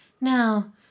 Now